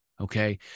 Okay